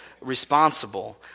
responsible